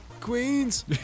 Queens